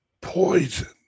poison